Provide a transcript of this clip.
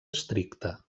estricta